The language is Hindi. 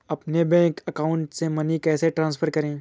अपने बैंक अकाउंट से मनी कैसे ट्रांसफर करें?